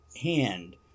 hand